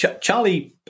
Charlie